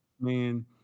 man